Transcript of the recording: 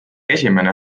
esimene